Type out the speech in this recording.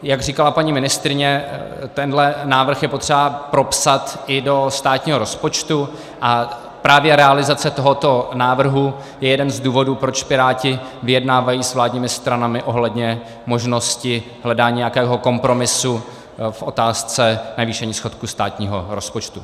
Jak říkala paní ministryně, tenhle návrh je potřeba propsat i do státního rozpočtu a právě realizace tohoto návrhu je jeden z důvodů, proč Piráti vyjednávají s vládními stranami ohledně možnosti hledání nějakého kompromisu v otázce navýšení schodku státního rozpočtu.